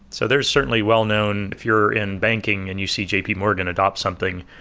so there's certainly well-known, if you're in banking and you see jpmorgan adopt something,